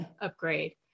upgrade